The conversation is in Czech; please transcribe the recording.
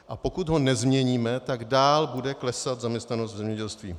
A pokud ho nezměníme, tak dál bude klesat zaměstnanost v zemědělství.